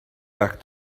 back